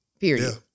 period